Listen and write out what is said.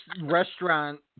restaurant